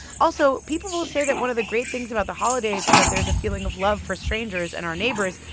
also, people will say that one of the great things about the holidays is that there's a feeling of love for strangers and our neighbors,